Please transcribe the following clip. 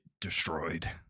destroyed